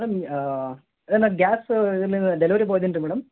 madam ಅದೆ ನಾ gas ಇದರಿಂದ ಡೆಲಿವರಿ ಬಾಯ್ ಇದೀನಿ ರೀ ಮೇಡಮ್